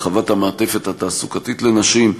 הרחבת המעטפת התעסוקתית לנשים,